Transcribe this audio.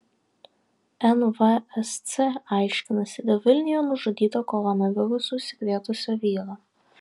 nvsc aiškinasi dėl vilniuje nužudyto koronavirusu užsikrėtusio vyro